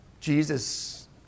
Jesus